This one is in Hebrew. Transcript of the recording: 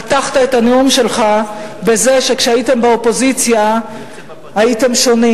פתחת את הנאום שלך בזה שכשהייתם באופוזיציה הייתם שונים.